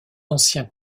ancien